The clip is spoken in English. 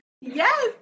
Yes